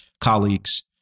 colleagues